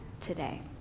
today